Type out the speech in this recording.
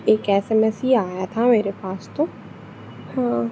एक S M S ही आया था मेरे पास तो हाँ